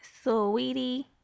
Sweetie